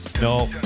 No